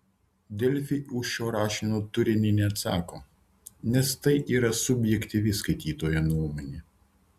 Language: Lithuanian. delfi už šio rašinio turinį neatsako nes tai yra subjektyvi skaitytojo nuomonė